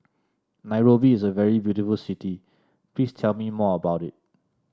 Nairobi is a very beautiful city Please tell me more about it